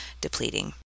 depleting